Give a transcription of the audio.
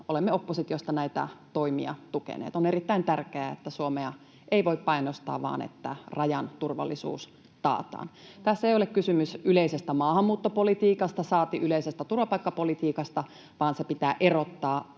olemme oppositiosta näitä toimia tukeneet. On erittäin tärkeää, että Suomea ei voi painostaa vaan että rajan turvallisuus taataan. Tässä ei ole kysymys yleisestä maahanmuuttopolitiikasta, saati yleisestä turvapaikkapolitiikasta, vaan se pitää erottaa.